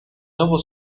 nuevo